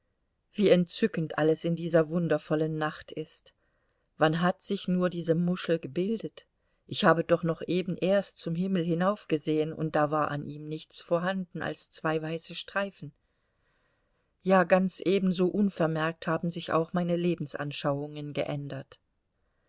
wie entzückend alles in dieser wundervollen nacht ist wann hat sich nur diese muschel gebildet ich habe doch noch eben erst zum himmel hinaufgesehen und da war an ihm nichts vorhanden als zwei weiße streifen ja ganz ebenso unvermerkt haben sich auch meine lebensanschauungen geändert